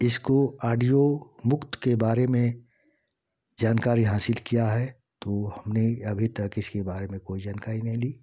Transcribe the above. इसको औडियो मुक्त के बारे में जानकारी हासिल किया है तो हमने अभी तक इसके बारे में कोई जानकारी नहीं ली